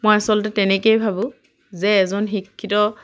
মই আচলতে তেনেকেই ভাবোঁ যে এজন শিক্ষিত